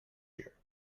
year